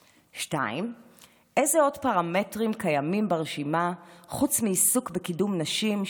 2. איזה עוד פרמטרים קיימים ברשימה חוץ מעיסוק בקידום נשים,